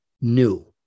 new